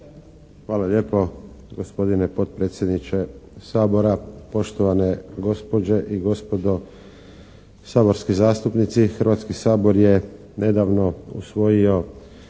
Hvala lijepo gospodine potpredsjedniče Sabora, poštovane gospođe i gospodo saborski zastupnici. Hrvatski sabor je nedavno usvojio